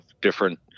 different